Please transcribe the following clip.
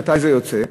מתי זה יוצא,